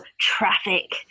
traffic